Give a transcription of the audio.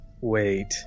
wait